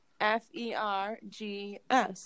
F-E-R-G-S